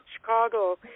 Chicago